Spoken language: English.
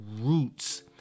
roots